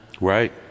Right